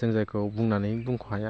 जों जायखौ बुंनानै बुंख' हाया